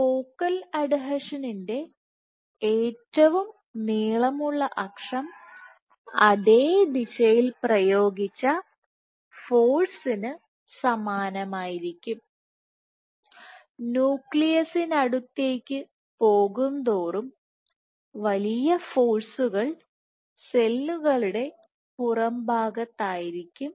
focal അഡ്ഹീഷന്റെ ഏറ്റവും നീളമുളള അക്ഷം അതേ ദിശയിൽ പ്രയോഗിച്ച ഫോഴ്സിന് സമാനമായിരിക്കും ന്യൂക്ലിയസിനടുത്തേക്ക് പോകുംതോറും വലിയ ഫോഴ്സുകൾ സെല്ലുകളുടെ പുറം ഭാഗത്തായിരിക്കും